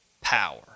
power